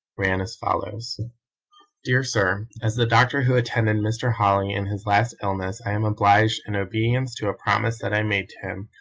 ran as follows dear sir as the doctor who attended mr. holly in his last illness i am obliged, in obedience to a promise that i made to him,